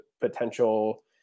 potential